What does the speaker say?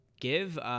Give